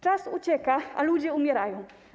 Czas ucieka, a ludzie umierają.